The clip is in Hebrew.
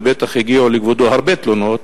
ובטח הגיעו לכבודו הרבה תלונות,